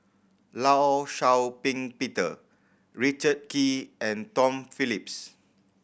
Law Shau Ping Peter Richard Kee and Tom Phillips